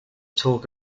talk